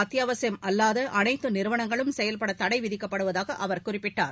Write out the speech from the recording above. அத்தியாவசியம் அல்லாத அளைத்து நிறுவனங்களும் செயல்பட தடை விதிக்கப்படுவதாக அவர் குறிப்பிட்டார்